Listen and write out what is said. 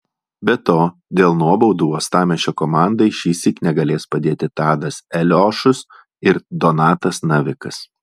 be to dėl nuobaudų uostamiesčio komandai šįsyk negalės padėti tadas eliošius ir donatas navikas